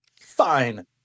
fine